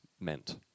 meant